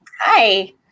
Hi